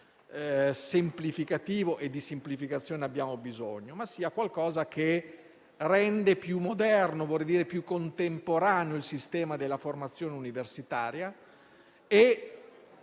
semplificativo (e di semplificazione abbiamo bisogno), ma sia qualcosa che rende più moderno e più contemporaneo il sistema della formazione universitaria e